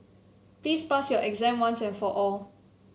please pass your exam once and for all